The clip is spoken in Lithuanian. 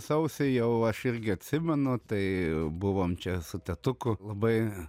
sausį jau aš irgi atsimenu tai buvom čia su tėtuku labai